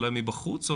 אולי מבחוץ?